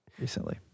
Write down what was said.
recently